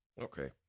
Okay